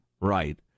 Right